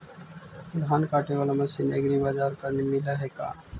धान काटे बाला मशीन एग्रीबाजार पर मिल है का?